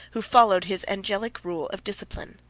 who followed his angelic rule of discipline.